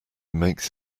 makes